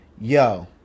yo